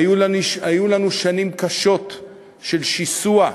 היו לנו שנים קשות של שיסוע,